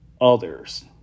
others